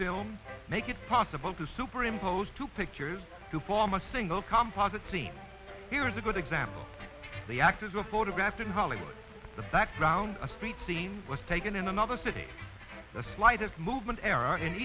film make it possible to superimpose two pictures to form a single composite scene here's a good example the actors were photographed in hollywood the background a street scene was taken in another city the slightest movement er